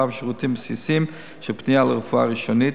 בשירותים בסיסיים של פנייה לרפואה ראשונית,